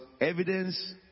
evidence